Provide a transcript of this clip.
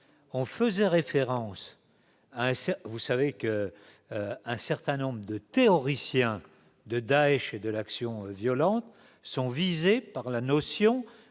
un vous savez que un certain nombre de théoriciens de Daech et de l'action violente, sont visés par la notion